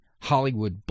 Hollywood